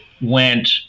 went